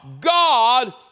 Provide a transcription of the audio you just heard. God